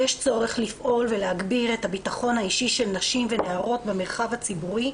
יש צורך לפעול ולהגביר את הביטחון האישי של נשים ונערות במרחב הציבורי,